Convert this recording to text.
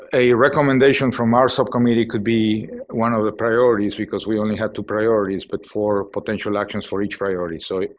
a recommendation from our subcommittee could be one of the priorities because we only have two priorities but for potential actions for each priorities so,